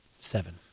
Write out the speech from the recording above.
seven